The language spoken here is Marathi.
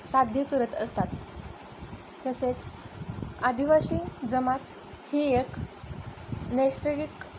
साध्य करत असतात तसेच आदिवासी जमात ही एक नैसर्गिक